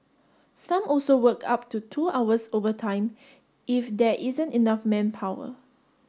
some also work up to two hours overtime if there isn't enough manpower